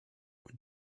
und